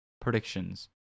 predictions